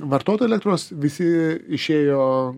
vartotojai elektros visi išėjo